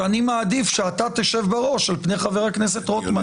שאני מעדיף שאתה תשב בראש על פני חבר הכנסת רוטמן.